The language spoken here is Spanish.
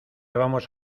vamos